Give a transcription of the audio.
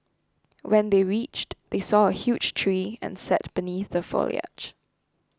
when they reached they saw a huge tree and sat beneath the foliage